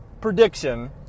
prediction